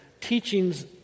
teachings